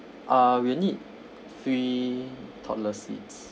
uh we need three toddler seats